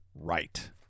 Right